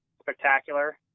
spectacular